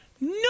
no